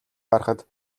гарахад